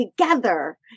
together